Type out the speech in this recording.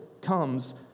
comes